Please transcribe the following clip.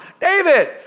David